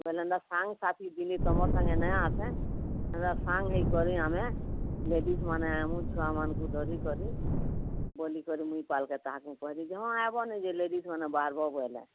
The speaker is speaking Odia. ବୋଇଲେ ଏନ୍ତା ସାଙ୍ଗସାଥି ଦିନେ ତମର ସାଙ୍ଗେ ନାଇଁ ଆସେ ଏନ୍ତା ସାଙ୍ଗ ହେଇକରି ଆମେ ଲେଡ଼ିଜମାନେ ଆମ ଛୁଆମାନଙ୍କୁ ଧରି କରି ବୋଲିକରି ମୁଇଁ ତାହାକୁ କହିଲି ଯେ ହଁ ଆଇବ ନିଜେ ଲେଡ଼ିଜମାନେ ବାହାରବ ବୋଇଲେ